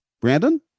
Brandon